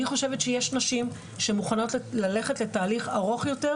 אני חושבת שיש נשים שמוכנות ללכת לתהליך ארוך יותר,